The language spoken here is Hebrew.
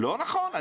לא נכון.